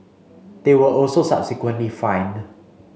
they were also subsequently fined